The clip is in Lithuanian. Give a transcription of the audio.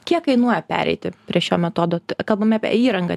kiek kainuoja pereiti prie šio metodo kalbam apie įrangą